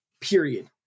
period